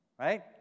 Right